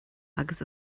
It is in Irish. agus